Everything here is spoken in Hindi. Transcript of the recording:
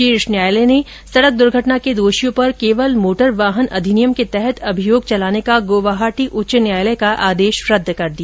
शीर्ष न्यायालय ने सड़क दुर्घटना के दोषियों पर केवल मोटर वाहन अधिनियम के तहत अभियोग चलाने का गुवाहाटी उच्च न्यायालय का आदेश रद्द कर दिया